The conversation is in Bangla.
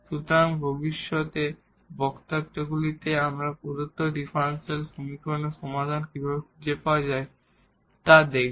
সুতরাং ভবিষ্যতে বক্তৃতাগুলিতে আমরা প্রদত্ত ডিফারেনশিয়াল সমীকরণের সমাধান কীভাবে খুঁজে পাওয়া যায় তা দেখব